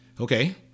Okay